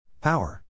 Power